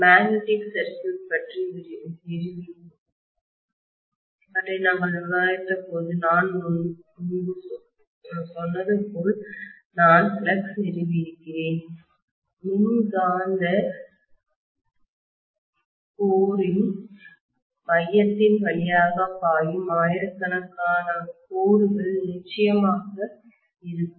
magnetic circuit பற்றி நாங்கள் விவாதித்தபோது நான் முன்பு சொன்னது போல் நான் ஃப்ளக்ஸ் நிறுவியிருக்கிறேன் மின்காந்தகோரின் மையத்தின் வழியாக பாயும் ஆயிரக்கணக்கான கோடுகள் நிச்சயமாக இருக்கும்